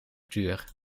duur